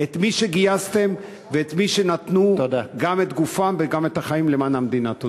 את מי שגייסתם ואת מי שנתנו גם את גופם וגם את החיים למען המדינה.